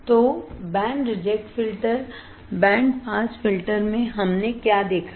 तो band reject filter band pass filter में हमने क्या देखा है